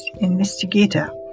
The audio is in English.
investigator